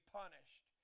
punished